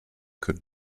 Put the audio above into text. could